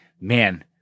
man